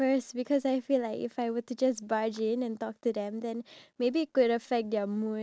I feel like I'm not entirely sure about materialistic things